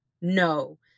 no